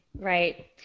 right